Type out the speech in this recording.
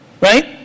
right